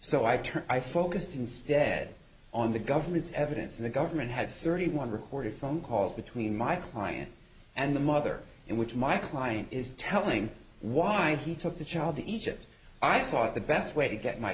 my focus instead on the government's evidence and the government had thirty one recorded phone calls between my client and the mother in which my client is telling why he took the child to egypt i thought the best way to get my